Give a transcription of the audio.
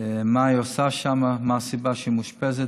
מה היא עושה שם, מה הסיבה שהיא מאושפזת.